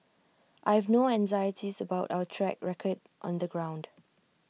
I have no anxieties about our track record on the ground